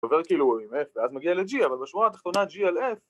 ‫הוא עובר כאילו עם F ואז מגיע ל-G, ‫אבל בשורה התחתונת G על F...